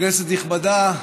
כנסת נכבדה,